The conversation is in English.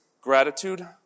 gratitude